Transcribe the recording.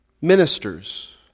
Ministers